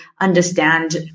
understand